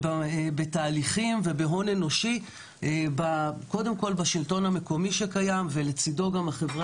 בתהליכים ובהון אנושי קודם כל בשלטון המקומי ולצידו החברה